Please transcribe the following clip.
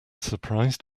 surprised